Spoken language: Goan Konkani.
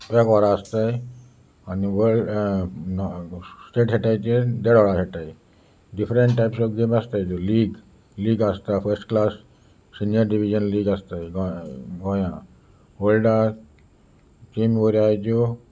एक ओररा आसताय आनी स्टेट खेळटाय ते देड ओर खेळटाय डिफरंट टायप्स ऑफ गेम आसताय त्यो लीग लीग आसता first class senior division league आसतायोय गोंया वल्डाक टीम बऱ्यो आसाय ज्यो